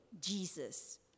Jesus